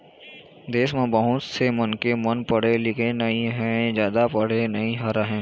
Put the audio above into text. देश म बहुत से मनखे मन पढ़े लिखे नइ हे य जादा पढ़े नइ रहँय